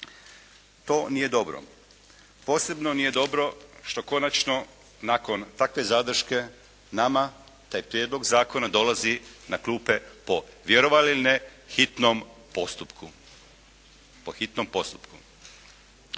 To nije dobro. Posebno nije dobro što konačno nakon takve zadrške nama taj Prijedlog zakona dolazi na klupe po vjerovali ili ne hitnom postupku. Po hitnom postupku.